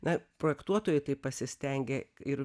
na projektuotojai taip pasistengė ir